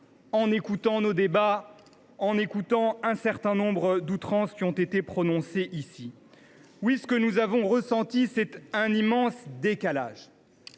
en écoutant nos débats, ainsi qu’un certain nombre d’outrances qui ont été prononcées ici. Oui, nous avons ressenti un immense décalage.